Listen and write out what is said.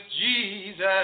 Jesus